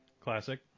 Classic